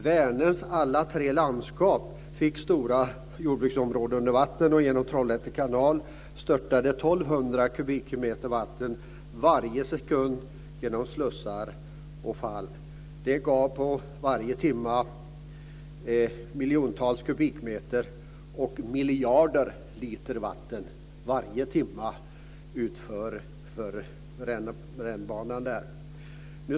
Vänerns alla tre landskap fick stora jordbruksområden under vatten, och genom Trollhätte kanals slussar och fall störtade 1 200 kubikmeter vatten varje sekund. Det gav varje timme en påfyllning med miljontals kubikmeter, och miljarder liter vatten forsade varje timme utför rännbanan.